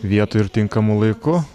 vietoj ir tinkamu laiku